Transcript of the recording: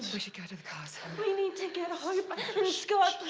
we should go to the cars. we need to get hope and scott,